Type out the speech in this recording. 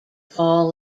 paul